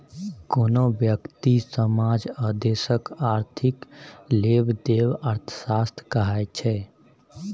कोनो ब्यक्ति, समाज आ देशक आर्थिक लेबदेब अर्थशास्त्र कहाइ छै